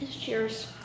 Cheers